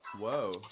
Whoa